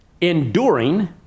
enduring